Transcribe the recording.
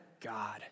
God